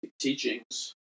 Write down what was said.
teachings